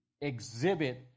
exhibit